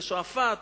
לשועפאט.